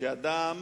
שאדם